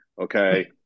okay